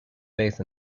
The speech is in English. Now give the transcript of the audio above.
faith